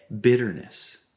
Bitterness